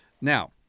Now